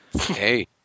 Hey